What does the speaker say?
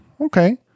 okay